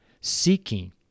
seeking